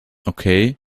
okay